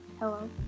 hello